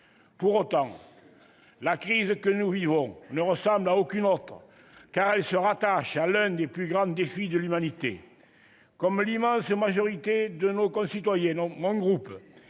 Pour autant, la crise que nous vivons ne ressemble à aucune autre, car elle se rattache à l'un des plus grands défis de l'humanité. À l'instar de l'immense majorité de nos concitoyens, mon groupe